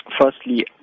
firstly